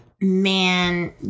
man